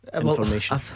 Information